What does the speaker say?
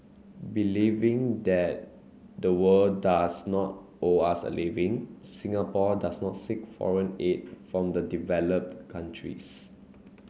believing that the world does not owe us a living Singapore does not seek foreign aid from the developed countries